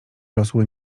rosły